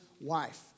wife